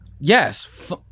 yes